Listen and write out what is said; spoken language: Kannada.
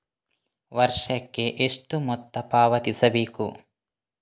ವರ್ಷಕ್ಕೆ ಎಷ್ಟು ಮೊತ್ತ ಪಾವತಿಸಬೇಕು?